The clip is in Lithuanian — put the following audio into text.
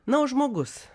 na o žmogus